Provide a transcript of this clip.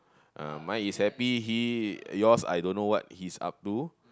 uh mine is happy he your's I don't know what he's up to